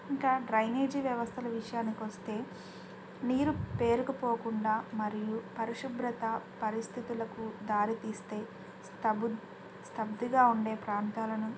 ఇంకా డ్రైనేజీ వ్యవస్థల విషయానికొస్తే నీరు పేరుకపోకుండా మరియు పరిశుభ్రత పరిస్థితులకు దారితీస్తే స్తబ్దిగా ఉండే ప్రాంతాలను